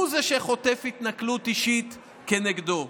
הוא שחוטף התנכלות אישית כנגדו.